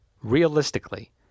Realistically